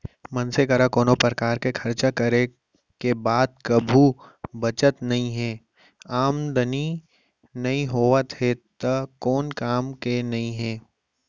मनसे करा कोनो परकार के खरचा करे के बाद कभू बचत नइये, आमदनी नइ होवत हे त कोन काम के नइ हे